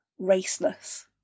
Raceless